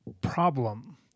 problem